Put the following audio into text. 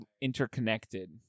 interconnected